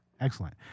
Excellent